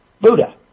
Buddha